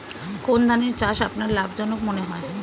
কোন ধানের চাষ আপনার লাভজনক মনে হয়?